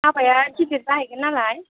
हाबाया गिदिर जाहैगोन नालाय